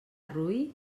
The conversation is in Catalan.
roí